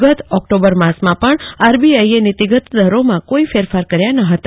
ગત ઓકટોબરમાં પણ આરબીઆઈએ નીતીગત દરોમાં કોઈ ફેરફાર કર્યા ન હતા